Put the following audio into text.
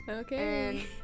Okay